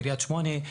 בקריית שמונה,